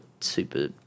super